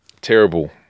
Terrible